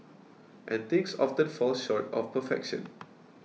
and things often fall short of perfection